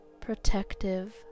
protective